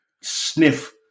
sniff